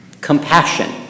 compassion